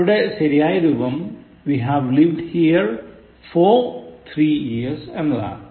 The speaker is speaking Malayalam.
ഇവിടെ ശരിയായ രൂപം we have lived here for three years എന്നതാണ്